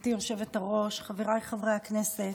גברתי היושבת-ראש, חבריי חברי הכנסת,